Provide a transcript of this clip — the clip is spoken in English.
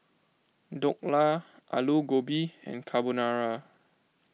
Dhokla Alu Gobi and Carbonara